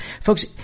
Folks